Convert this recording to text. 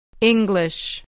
English